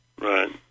Right